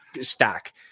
stack